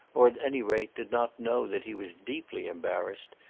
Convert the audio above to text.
or, at any rate, did not know that he was deeply embarrassed,